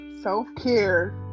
Self-care